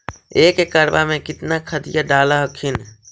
एक एकड़बा मे कितना खदिया डाल हखिन?